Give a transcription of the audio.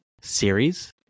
series